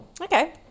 Okay